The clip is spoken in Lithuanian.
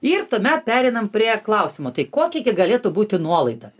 ir tuomet pereinam prie klausimo tai kokia gi galėtų būti nuolaida